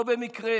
לא במקרה